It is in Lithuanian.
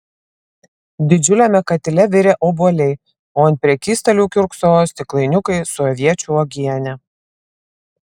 didžiuliame katile virė obuoliai o ant prekystalių kiurksojo stiklainiukai su aviečių uogiene